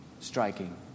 striking